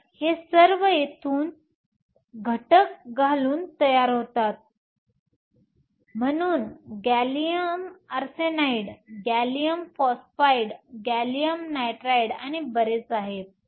तर हे सर्व येथून तेथून घटक घालून तयार होतात म्हणून gallium arsenide gallium phosphide gallium nitride आणि बरेच आहेत